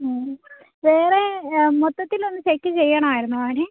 വേറെ മൊത്തത്തിൽ ഒന്ന് ചെക്ക് ചെയ്യണമായിരുന്നു അവനെ